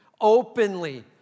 openly